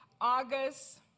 august